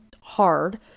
hard